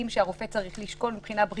שהרופא צריך לשקול מבחינה בריאותית.